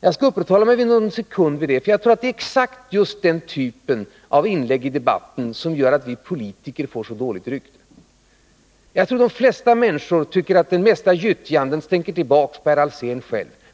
Men jag skall uppehålla mig någon sekund vid detta. Jag tror att det här är exakt den typ av inlägg i debatten som gör att vi politiker får så dåligt rykte. Jag tror att de flesta människor tycker att den mesta gyttjan stänker tillbaka på herr Alsén.